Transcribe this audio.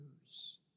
years